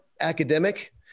academic